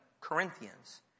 Corinthians